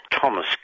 Thomas